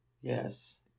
Yes